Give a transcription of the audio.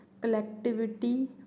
collectivity